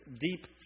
deep